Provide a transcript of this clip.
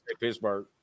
Pittsburgh